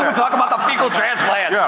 talk about the fecal transplant. yeah